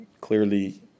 clearly